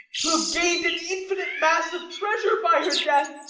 to have gain'd an infinite mass of treasure by her death